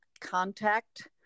contact